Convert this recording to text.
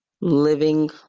living